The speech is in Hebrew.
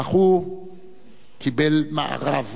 אך הוא קיבל מארב.